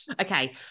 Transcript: Okay